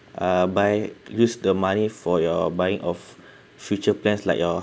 uh buy use the money for your buying of future plans like your